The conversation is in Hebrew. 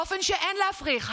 באופן שאין להפריך,